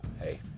hey